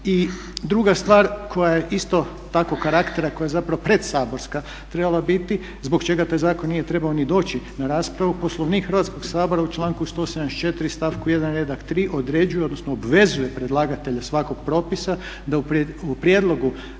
I druga stvar koja je istog takvog karaktera koja je predsaborska trebala biti zbog čega taj zakon nije trebao ni doći na raspravu Poslovnik Hrvatskog sabora u članku 174.stavku 1.redak 3.određje odnosno obvezuje predlagatelja svakog propisa da u prijedlogu